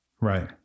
Right